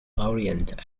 orient